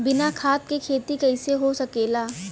बिना खाद के खेती कइसे हो सकेला?